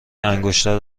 انگشتر